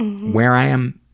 where i am,